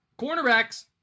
Cornerbacks